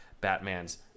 batman's